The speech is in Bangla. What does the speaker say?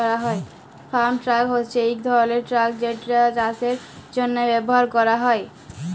ফার্ম ট্রাক হছে ইক ধরলের ট্রাক যেটা চাষের জ্যনহে ব্যাভার ক্যরা হ্যয়